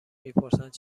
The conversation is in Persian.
میپرسند